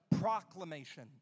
proclamation